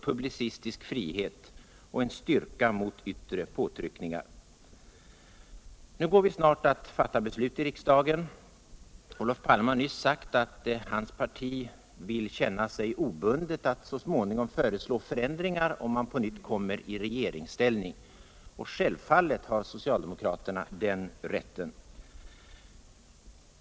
publicistisk frihet och en styrka mot yttre påtryckningar. Nu går vi snart att fatta beslut i riksdagen. Olof Palme har nyss sagt att hans parti vill känna sig obundet när det gäller att så småningom föreslå förändringar om man på nytt kommer i regeringsställning. Stälvfaltet har socialdemokraterna den rätten.